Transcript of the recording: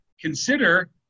consider